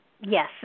Yes